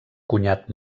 cunyat